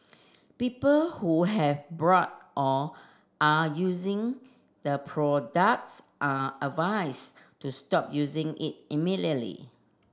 people who have bought or are using the products are advise to stop using it immediately